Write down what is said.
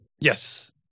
yes